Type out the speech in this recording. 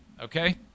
Okay